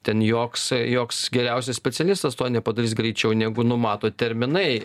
ten joks joks geriausias specialistas to nepadarys greičiau negu numato terminai